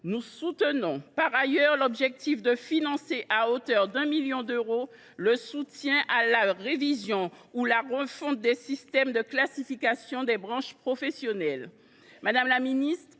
Nous approuvons par ailleurs le financement à hauteur de 1 million d’euros du soutien à la révision ou à la refonte des systèmes de classification des branches professionnelles.